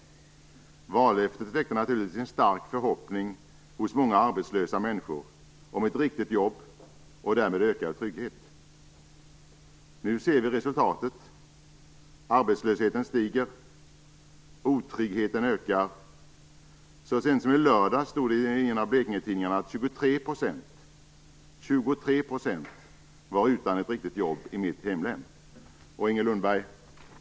Vallöftet väckte naturligtvis en stark förhoppning hos många arbetslösa människor om ett riktigt jobb och därmed ökad trygghet. Nu ser vi resultatet. Arbetslösheten stiger. Otryggheten ökar. Så sent som i lördags stod det i en av Blekingetidningarna att 23 % var utan ett riktigt jobb i mitt hemlän.